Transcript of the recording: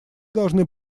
должны